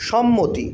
সম্মতি